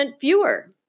fewer